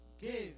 give